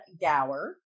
Gower